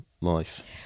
life